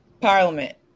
Parliament